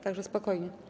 Tak że spokojnie.